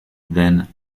then